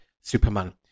Superman